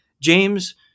James